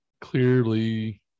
Clearly